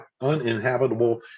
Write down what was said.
uninhabitable